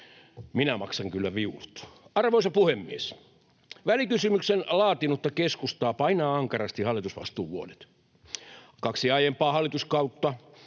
Minä maksan kyllä viulut. Arvoisa puhemies! Välikysymyksen laatinutta keskustaa painavat ankarasti hallitusvastuun vuodet. Kaksi aiempaa hallituskautta,